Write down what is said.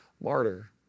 martyr